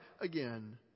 again